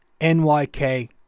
NYK